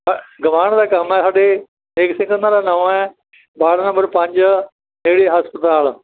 ਗੁਆਂਡ ਦਾ ਕੰਮ ਹੈ ਸਾਡੇ ਨੇਕ ਸਿੰਘ ਉਹਨਾਂ ਦਾ ਨਾਂ ਹੈ ਵਾਰਡ ਨੰਬਰ ਪੰਜ ਨੇੜੇ ਹਸਪਤਾਲ